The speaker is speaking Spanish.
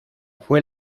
fue